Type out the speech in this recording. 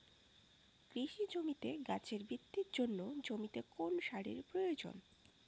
কৃষি জমিতে গাছের বৃদ্ধির জন্য জমিতে কোন সারের প্রয়োজন?